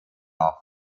off